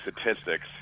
statistics